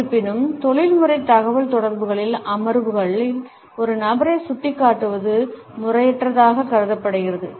இருப்பினும் தொழில்முறை தகவல்தொடர்புகளின் அமர்வுகளில் ஒரு நபரை சுட்டிக்காட்டுவது முறையற்றதாக கருதப்படுகிறது